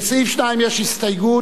לסעיף 2 יש הסתייגות.